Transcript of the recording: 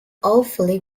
awfully